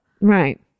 Right